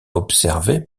observée